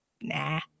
nah